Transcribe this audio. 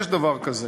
יש דבר כזה.